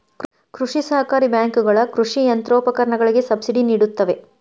ಕೃಷಿ ಸಹಕಾರಿ ಬ್ಯಾಂಕುಗಳ ಕೃಷಿ ಯಂತ್ರೋಪಕರಣಗಳಿಗೆ ಸಬ್ಸಿಡಿ ನಿಡುತ್ತವೆ